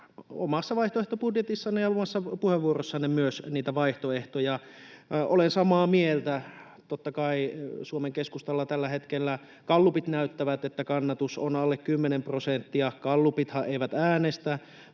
omassa vaihtoehtobudjetissanne ja omassa puheenvuorossanne myös niitä vaihtoehtoja. Olen samaa mieltä. Totta kai Suomen Keskustalla tällä hetkellä gallupit näyttävät, että kannatus on alle kymmenen prosenttia. Gallu-pithan eivät äänestä,